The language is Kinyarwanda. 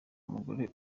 umugore